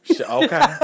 okay